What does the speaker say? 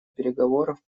переговоров